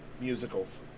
Musicals